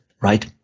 right